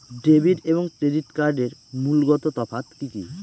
Debit এবং credit কার্ডের মূলগত তফাত কি কী?